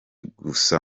gusa